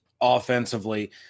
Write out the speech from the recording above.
offensively